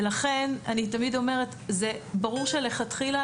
ולכן אני תמיד אומרת זה ברור שלכתחילה